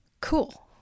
Cool